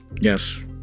Yes